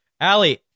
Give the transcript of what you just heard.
Allie